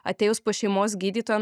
atėjus pas šeimos gydytoją